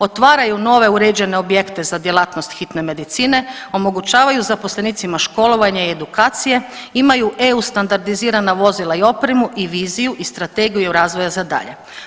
Otvaraju nove uređene objekte za djelatnost hitne medicine, omogućavaju zaposlenicima školovanje i edukacije, imaju eu standardizirana vozila i opremu i viziju i strategiju razvoja za dalje.